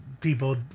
people